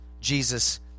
Jesus